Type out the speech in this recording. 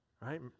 right